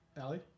Allie